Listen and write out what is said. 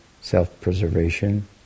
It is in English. self-preservation